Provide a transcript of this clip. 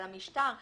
על המשטר הזה,